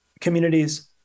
communities